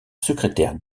secrétaire